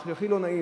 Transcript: מה שהכי לא נעים,